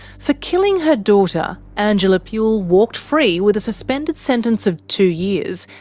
for killing her daughter, angela puhle walked free with a suspended sentence of two years,